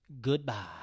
Goodbye